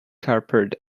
capered